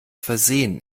versehen